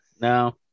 no